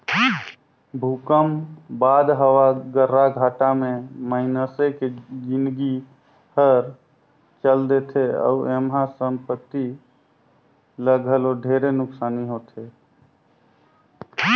भूकंप बाद हवा गर्राघाटा मे मइनसे के जिनगी हर चल देथे अउ एम्हा संपति ल घलो ढेरे नुकसानी होथे